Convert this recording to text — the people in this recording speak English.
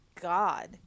God